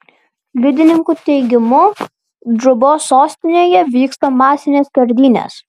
liudininkų teigimu džubos sostinėje vyksta masinės skerdynės